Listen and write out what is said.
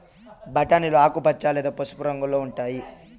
బఠానీలు ఆకుపచ్చ లేదా పసుపు రంగులో ఉంటాయి